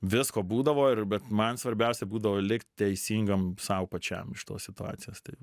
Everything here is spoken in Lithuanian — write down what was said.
visko būdavo ir bet man svarbiausia būdavo likt teisingam sau pačiam iš tos situacijos tai